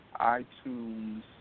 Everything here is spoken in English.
iTunes